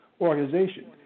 organization